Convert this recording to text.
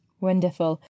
Wonderful